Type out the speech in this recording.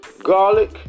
Garlic